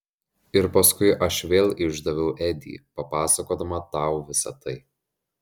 ir paskui aš vėl išdaviau edį papasakodama tau visa tai